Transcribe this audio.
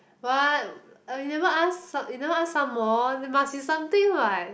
what uh you never ask you never ask some more there must be something what